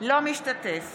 אינו משתתף